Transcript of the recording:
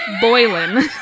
Boiling